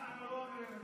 אנחנו לא אומרים את זה.